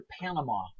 Panama